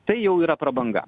tai jau yra prabanga